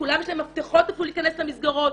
לכולם יש מפתחות להיכנס למסגרות,